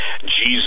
Jesus